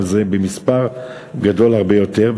אבל זה במספר גדול הרבה יותר.